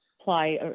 apply